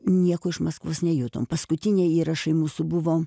nieko iš maskvos nejutom paskutiniai įrašai mūsų buvo